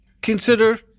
consider